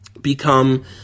become